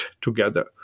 together